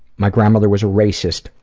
my grandmother was a racist,